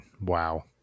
wow